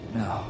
no